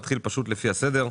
נתחיל לפי הסדר.